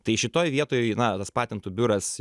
tai šitoj vietoj na tas patentų biuras